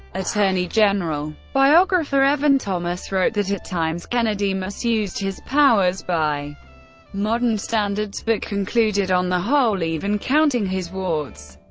attorney general. biographer evan thomas wrote that, at times kennedy misused his powers by modern standards, but concluded, on the whole, even counting his warts,